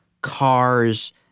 cars